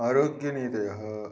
आरोग्यनीतयः